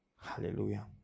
Hallelujah